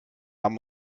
haben